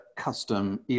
custom